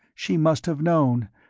she must have known,